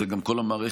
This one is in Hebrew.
זה גם כל המערכת